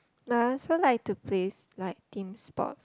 but I also like to plays like team sports